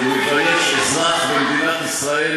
אדוני השר, מבייש אזרח במדינת ישראל.